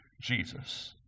Jesus